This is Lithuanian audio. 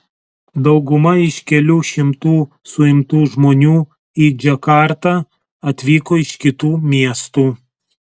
dauguma iš kelių šimtų suimtų žmonių į džakartą atvyko iš kitų miestų